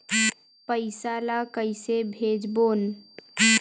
पईसा ला कइसे भेजबोन?